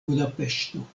budapeŝto